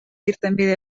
irtenbide